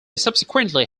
subsequently